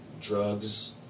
drugs